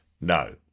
No